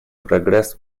прогресс